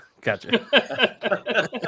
Gotcha